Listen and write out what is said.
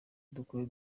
dukore